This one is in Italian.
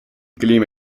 clima